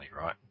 right